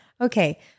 Okay